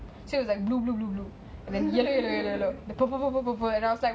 did this new thing where the light changes from bottom to top